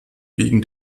wegen